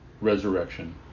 resurrection